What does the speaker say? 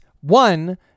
one